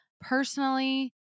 personally